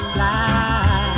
Fly